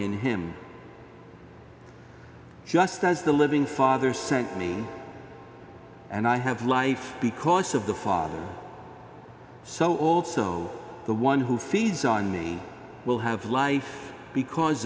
in him just as the living father sent me and i have life because of the father so also the one who feeds on me will have life because